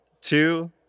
two